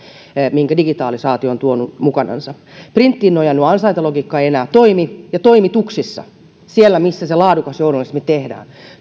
minkä digitalisaatio on tuonut mukanansa printtiin nojannut ansaintalogiikka ei enää toimi ja toimituksissa siellä missä se laadukas journalismi tehdään